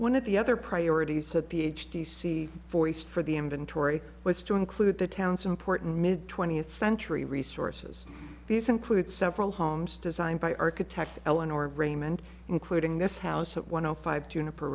one of the other priorities that ph d c forced for the inventory was to include the town's important mid twentieth century resources these include several homes designed by architect eleanor raymond including this house one o five tuna per